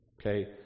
Okay